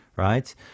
right